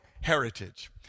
heritage